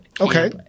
Okay